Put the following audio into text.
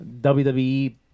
WWE